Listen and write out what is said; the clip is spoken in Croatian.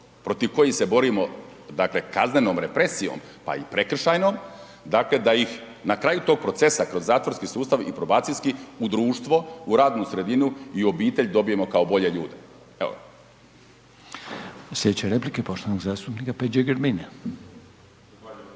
protiv kojih se borimo kaznenom represijom, pa i prekršajnom da ih na kraju tog procesa kroz zatvorski i probacijski sustav u društvo, u radnu sredinu i u obitelj dobijemo kao bolje ljude. **Reiner, Željko (HDZ)** Sljedeća replika je poštovanog zastupnika Peđe Grbina.